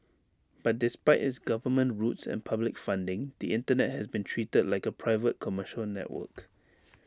but despite its government roots and public funding the Internet has been treated like A private commercial network